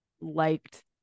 liked